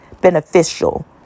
Beneficial